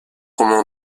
romans